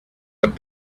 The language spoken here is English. with